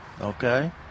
Okay